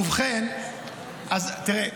תישאר.